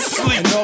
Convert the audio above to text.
sleep